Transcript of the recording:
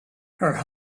her